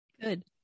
Good